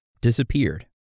disappeared